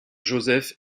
joseph